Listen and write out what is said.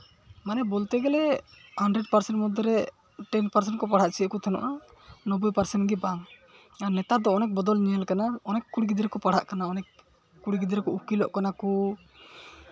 ᱢᱟᱱᱮ ᱵᱚᱞᱛᱮ ᱜᱮᱞᱮ ᱦᱟᱱᱰᱨᱮᱰ ᱯᱟᱨᱥᱮᱱᱴ ᱢᱚᱫᱽᱫᱷᱮ ᱨᱮ ᱴᱮᱱ ᱯᱟᱨᱥᱮᱱ ᱠᱚ ᱯᱟᱲᱦᱟᱣ ᱦᱚᱪᱚᱭᱮᱫ ᱠᱚ ᱛᱟᱦᱮᱸ ᱠᱟᱱᱟ ᱱᱳᱵᱵᱳᱭ ᱯᱟᱨᱥᱮᱱᱴ ᱜᱮ ᱵᱟᱝ ᱟᱨ ᱱᱮᱛᱟᱨ ᱫᱚ ᱚᱱᱮᱠ ᱵᱚᱫᱚᱞ ᱧᱮᱞ ᱠᱟᱱᱟ ᱚᱱᱮᱠ ᱠᱩᱲᱤ ᱜᱤᱫᱽᱨᱟᱹ ᱠᱚ ᱯᱟᱲᱦᱟᱜ ᱠᱟᱱᱟ ᱚᱱᱮᱠ ᱠᱩᱲᱤ ᱜᱤᱫᱽᱨᱟᱹ ᱠᱚ ᱩᱠᱤᱞᱚᱜ ᱠᱟᱱᱟ ᱠᱚ